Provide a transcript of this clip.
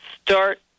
start